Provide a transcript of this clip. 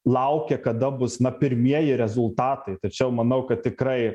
laukia kada bus na pirmieji rezultatai tačiau manau kad tikrai